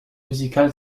musical